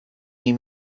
nie